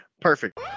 Perfect